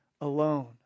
alone